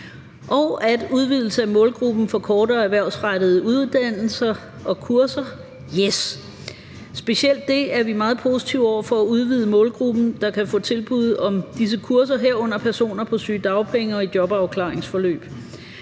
ligesom udvidelse af målgruppen for kortere erhvervsrettede uddannelser og kurser – yes! Specielt det er vi meget positive over for, altså at udvide målgruppen, der kan få tilbud om disse kurser, herunder personer på sygedagpenge og i jobafklaringsforløb.